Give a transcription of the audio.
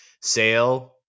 sale